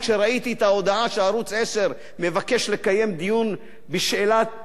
שערוץ-10 מבקש לקיים דיון בשאלת הארכת,